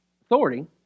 authority